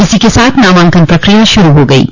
इसी के साथ नामांकन प्रकिया शुरू हो गयी है